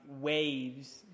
waves